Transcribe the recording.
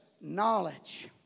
knowledge